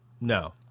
No